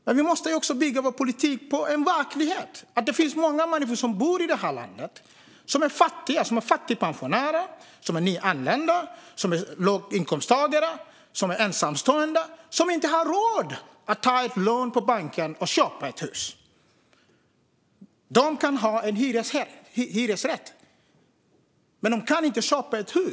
Men vi måste bygga vår politik på verkligheten att det finns många människor som bor i det här landet som är fattiga - som är fattigpensionärer, som är nyanlända, som är låginkomsttagare, som är ensamstående - och som inte har råd att ta ett lån på banken och köpa ett hus. De kan ha en hyresrätt, men de kan inte köpa ett hus.